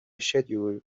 schedule